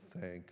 thank